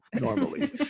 normally